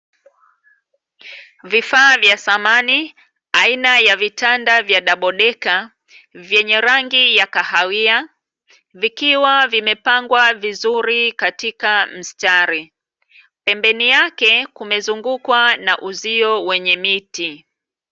Vifaa vya samani aina ya vitanda vya dabodeka vyenye rangi ya kahawia vikiwa vimepangwa vizuri katika mstari. Pembeni yake kumezungukwa na uuzio wenye miti.